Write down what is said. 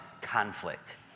conflict